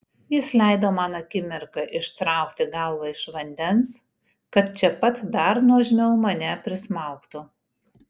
jis leido man akimirką ištraukti galvą iš vandens kad čia pat dar nuožmiau mane prismaugtų